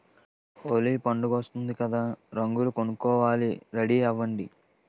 హోలీ పండుగొస్తోంది కదా రంగులు కొనుక్కోవాలి రెడీ అవ్వండి